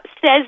says